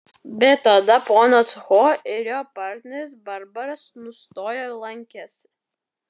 bet tada ponas ho ir jo partneris barbaras nustojo lankęsi